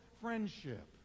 friendship